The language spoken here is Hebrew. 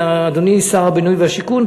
ואדוני שר הבינוי והשיכון,